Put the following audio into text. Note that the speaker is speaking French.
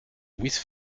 louise